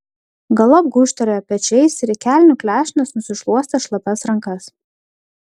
galop gūžtelėjo pečiais ir į kelnių klešnes nusišluostė šlapias rankas